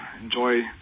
enjoy